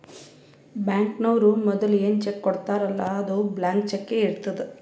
ಬ್ಯಾಂಕ್ನವ್ರು ಮದುಲ ಏನ್ ಚೆಕ್ ಕೊಡ್ತಾರ್ಲ್ಲಾ ಅದು ಬ್ಲ್ಯಾಂಕ್ ಚಕ್ಕೇ ಇರ್ತುದ್